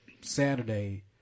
Saturday